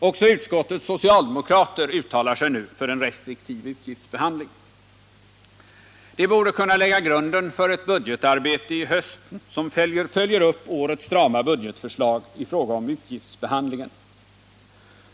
Också utskottets socialdemokrater uttalar sig nu för en restriktiv utgiftsbehandling. Det borde kunna lägga grunden för ett budgetarbete i höst som följer upp årets strama budgetförslag i fråga om utgiftsbehandlingen.